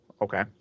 Okay